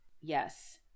Yes